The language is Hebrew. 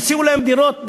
והציעו להם דירות,